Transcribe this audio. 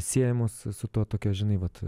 siejamos su tuo tokios žinai vat